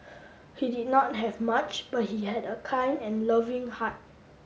he did not have much but he had a kind and loving heart